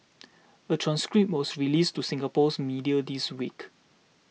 a transcript was released to Singapore's media this week